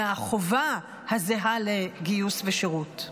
מהחובה הזהה לגיוס ושירות.